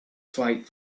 flight